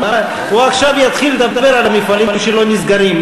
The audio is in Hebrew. הוא עכשיו יתחיל לדבר על המפעלים שלא נסגרים.